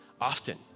often